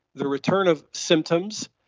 the return of symptoms,